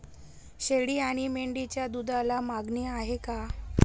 शेळी आणि मेंढीच्या दूधाला मागणी आहे का?